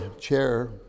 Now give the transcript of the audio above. chair